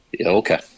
Okay